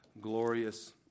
Glorious